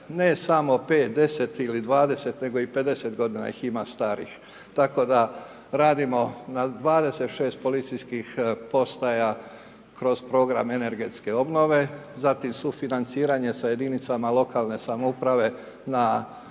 ne samo 5, 10 ili 20, nego i 50 godina ih ima starih. Tako da radimo na 26 policijskih postaja kroz program energetske obnove, zatim sufinanciranje sa jedinicama lokalne samouprave na